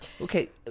Okay